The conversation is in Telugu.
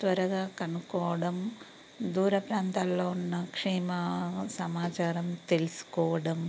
త్వరగా కనుక్కోవడం దూర ప్రాంతాల్లో ఉన్న క్షేమ సమాచారం తెలుసుకోవడం